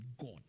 God